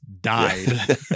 died